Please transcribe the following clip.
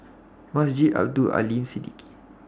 Masjid Abdul Aleem Siddique